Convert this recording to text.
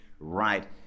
Right